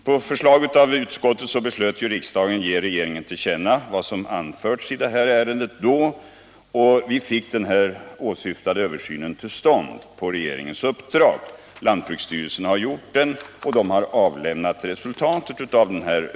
På förslag av utskottet beslöt riksdagen att ge regeringen till känna vad som anförts i ärendet, och vi fick den åsyftade översynen till stånd på regeringens uppdrag. Lantbruksstyrelsen har gjort översynen och redovisat resultatet. Bl.